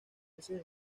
meses